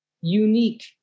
unique